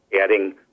adding